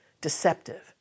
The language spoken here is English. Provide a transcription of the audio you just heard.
deceptive